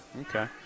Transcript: okay